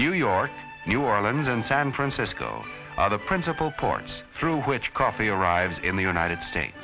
new york new orlando and san francisco are the principal ports through which coffee arrives in the united states